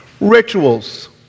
Rituals